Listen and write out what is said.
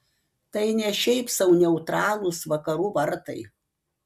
tai ne šiaip sau neutralūs vakarų vartai